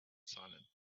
silent